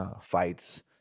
fights